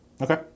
Okay